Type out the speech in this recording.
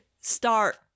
start